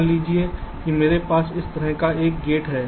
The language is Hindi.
मान लीजिए कि मेरे पास इस तरह का एक गेट है